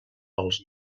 als